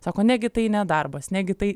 sako negi tai ne darbas negi tai